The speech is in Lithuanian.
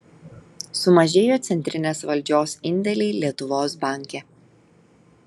sumažėjo centrinės valdžios indėliai lietuvos banke